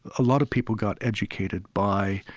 a lot of people got educated by